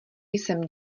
jsem